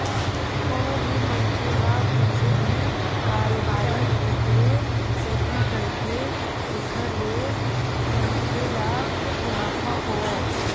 कोनो भी मनखे ह कुछु भी कारोबारी ओखरे सेती करथे जेखर ले मनखे ल मुनाफा होवय